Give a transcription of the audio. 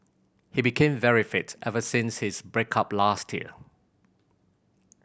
he became very fit ever since his break up last year